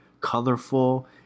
colorful